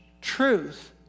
Truth